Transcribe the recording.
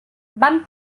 van